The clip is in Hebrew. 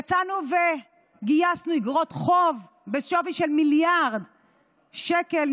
יצאנו וגייסנו איגרות חוב בשווי של מיליארד שקל,